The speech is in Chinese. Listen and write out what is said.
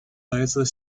来自